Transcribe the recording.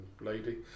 lady